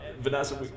Vanessa